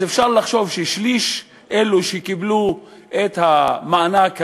אז אפשר לחשוב ששליש מאלו שקיבלו את המענק הזה,